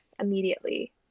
immediately